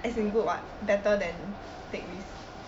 as in good [what] better than take risks